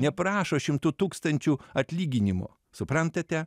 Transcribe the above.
neprašo šimtų tūkstančių atlyginimo suprantate